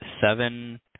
seven